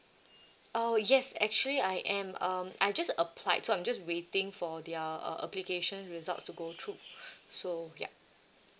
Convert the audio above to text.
oh yes actually I am um I just applied so I'm just waiting for the uh uh application results to go through so yup